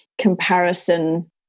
comparison